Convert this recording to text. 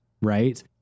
right